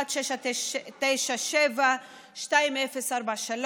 1697, 2043,